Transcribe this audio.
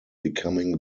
becoming